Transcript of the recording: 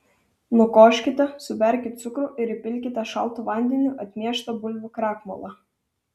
nukoškite suberkit cukrų ir įpilkite šaltu vandeniu atmieštą bulvių krakmolą